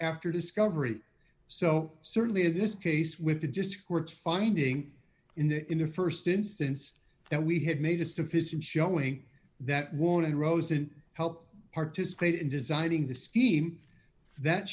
after discovery so certainly in this case with the discords finding in the in the st instance that we had made a sufficient showing that wanted rosen help participate in designing the scheme that